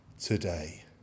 today